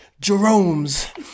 Jerome's